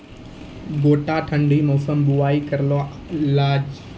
गोटा ठंडी मौसम बुवाई करऽ लो जा?